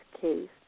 case